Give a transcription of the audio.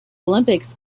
olympics